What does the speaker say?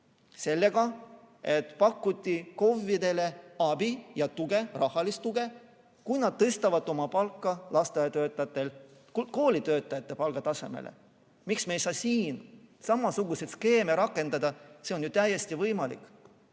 sellega, et pakuti KOV-idele abi ja tuge, rahalist tuge, kui nad tõstavad oma lasteaiatöötajate palga koolitöötajate palga tasemele. Miks me ei saa siin samasuguseid skeeme rakendada? See on ju täiesti võimalik.